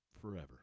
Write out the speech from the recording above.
forever